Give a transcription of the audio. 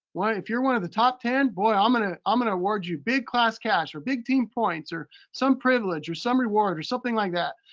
if you're one of the top ten, boy, i'm gonna um gonna award you big class cash, or big team points, or some privilege, or some reward, or something like that.